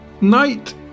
Night